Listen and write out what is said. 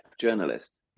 journalist